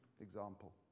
example